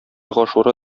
гашура